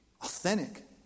authentic